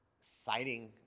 citing